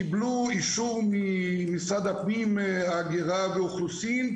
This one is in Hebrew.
קבלו אישור ממשרד הפנים רשות ההגירה והאוכלוסין,